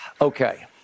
Okay